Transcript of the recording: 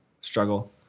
struggle